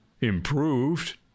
Improved